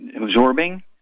absorbing